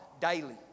daily